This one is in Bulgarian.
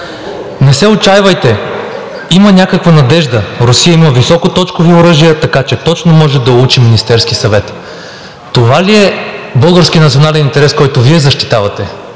„Не се отчайвайте, има някаква надежда – Русия има високоточкови оръжия, така че точно може да улучи Министерския съвет.“ Това ли е българският национален интерес, който Вие защитавате?